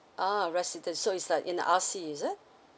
ah resident so it's like is it